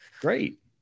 Great